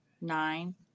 Nine